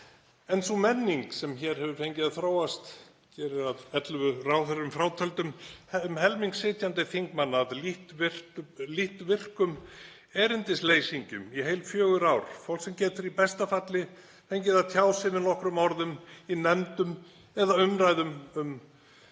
en sú menning sem hér hefur fengið að þróast gerir, að ellefu ráðherrum frátöldum, um helming sitjandi þingmanna að lítt virkum erindisleysingjum í heil fjögur ár, fólki sem getur í besta falli fengið að tjá sig með nokkrum orðum í nefndum eða umræðum en